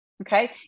Okay